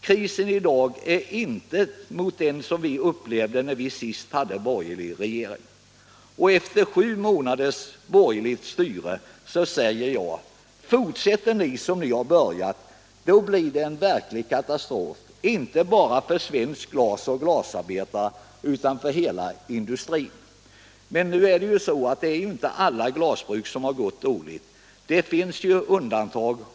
Krisen i dag är ingenting mot den som vi upplevde när vi senast hade en borgerlig regering. Och efter sju månader av borgerligt styre säger jag: Fortsätter ni som ni börjat. då blir det en verklig katastrof. inte bara för svenskt glas och svenska glasarbetare utan för hela industrin. Men det är inte alla glasbruk som det har gått dåligt för. Det finns undantag.